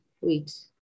Wait